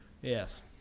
Yes